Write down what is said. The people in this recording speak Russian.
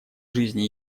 жизни